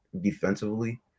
defensively